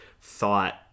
thought